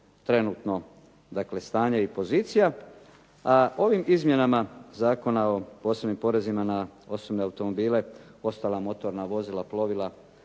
trenutno dakle stanje i pozicija. A ovim izmjenama Zakona o posebnim porezima na osobne automobile, ostala motorna vozila, plovila